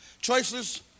choices